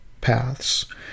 paths